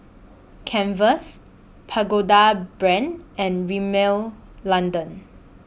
Converse Pagoda Brand and Rimmel London